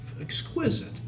exquisite